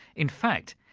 in fact,